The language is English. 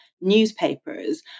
newspapers